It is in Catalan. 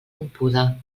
rompuda